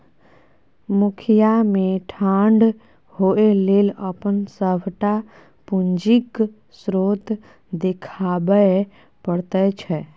मुखिया मे ठाढ़ होए लेल अपन सभटा पूंजीक स्रोत देखाबै पड़ैत छै